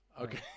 okay